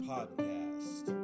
Podcast